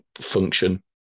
function